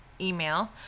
email